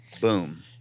boom